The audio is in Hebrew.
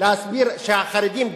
להסביר שהחרדים,